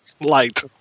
Light